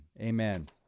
amen